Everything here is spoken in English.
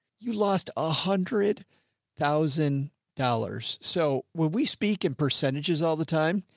you lost a hundred thousand dollars. so when we speak in percentages all the time,